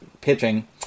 pitching